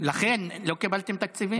לכן לא קיבלתם תקציבים.